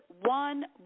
one